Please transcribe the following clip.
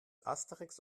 asterix